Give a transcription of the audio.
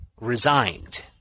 resigned